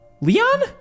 Leon